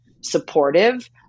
supportive